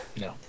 no